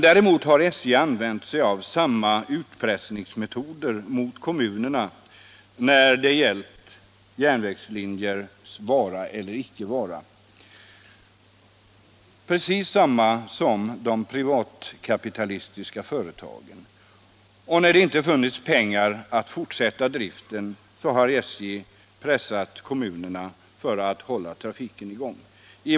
Däremot har SJ använt sig av samma utpressningsmetoder mot kommunerna som de privatkapitalistiska företagen när det har gällt järnvägslinjers vara eller icke vara. När det inte har funnits pengar för att fortsätta driften har SJ pressat kommunerna för att trafiken skall hållas i gång.